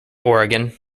oregon